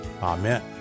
Amen